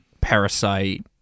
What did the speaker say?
Parasite